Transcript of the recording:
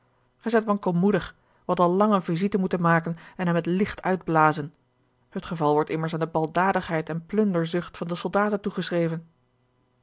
gij zijt wankelmoedig wij hadden al lang eene visite moeten maken en hem het licht uitblazen het geval wordt immers aan de baldadigheid en plunderzucht van de soldaten toegeschreven